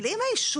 אבל אם היישוב